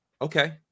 okay